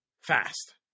Fast